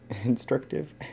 instructive